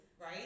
right